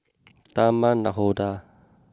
Taman Nakhoda